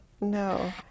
no